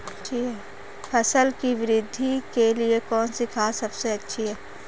फसल की वृद्धि के लिए कौनसी खाद सबसे अच्छी है?